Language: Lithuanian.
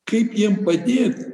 kaip jiem padėt